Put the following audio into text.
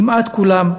כמעט כולם,